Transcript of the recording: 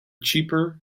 cheaper